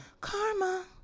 Karma